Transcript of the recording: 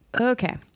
Okay